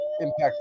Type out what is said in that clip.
impact